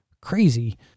crazy